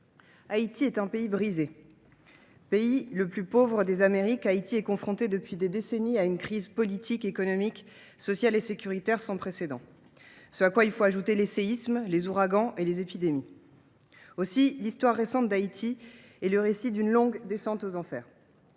Haïti est un pays brisé. Pays le plus pauvre des Amériques, il se trouve confronté, depuis des décennies, à une crise politique, économique, sociale et sécuritaire sans précédent, à laquelle viennent s’ajouter séismes, ouragans et épidémies. Ainsi, l’histoire récente d’Haïti est le récit d’une longue descente aux enfers.